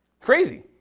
Crazy